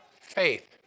Faith